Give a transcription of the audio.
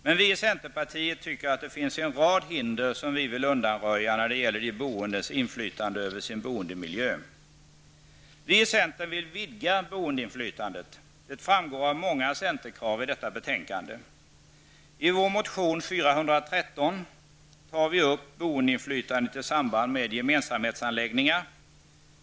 Men vi i centerpartiet tycker att det finns en rad hinder, som vi vill undanröja, när det gäller de boendes inflytande över sin boendemiljö. Vi i centern vill vidga boendeinflytandet. Det framgår av många centerkrav i detta betänkande. I vår motion 413 tar vi upp boendeinflytandet i samband med gemensamhetsanläggningar.